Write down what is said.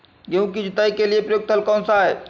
गेहूँ की जुताई के लिए प्रयुक्त हल कौनसा है?